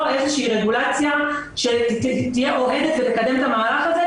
איזושהי רגולציה שתהיה אוהדת ותקדם את המהלך הזה,